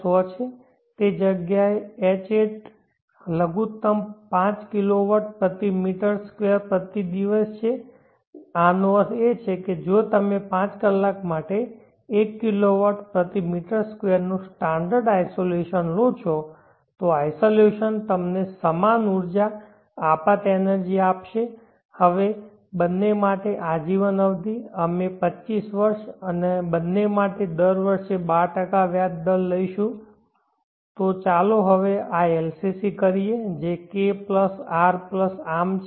100 છે તે જગ્યાએ Hat લઘુત્તમ 5 KW પ્રતિ મીટર સ્કવેર પ્રતિ દિવસ છે છે આનો અર્થ એ કે જો તમે 5 કલાક માટે 1 KW પ્રતિ મીટર સ્કવેર નો સ્ટાન્ડર્ડ આઇસોલેશન લો છો તો આઇસોલેશન તમને સમાન ઉર્જા આપાત એનર્જી આપશે હવે બંને માટે આજીવન અવધિ અમે 25 વર્ષ અને બંને માટે દર વર્ષે 12 વ્યાજ દર લઈશું હવે ચાલો આ LCC કરીએ જે KRM છે